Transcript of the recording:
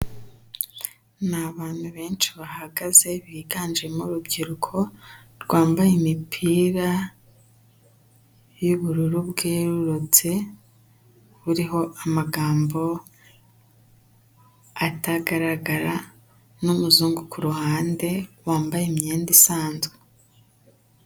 Ni abantu benshi bahagaze biganjemo urubyiruko rwambaye imipira y'ubururu bwerurutse buriho amagambo atagaragara n'umuzungu ku ruhande wambaye imyenda isanzwe.